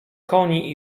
koni